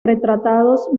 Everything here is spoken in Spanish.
retratados